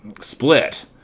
Split